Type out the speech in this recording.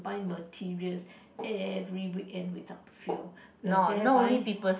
buy materials every weekend without fail we're there buy